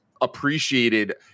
appreciated